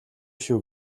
шүү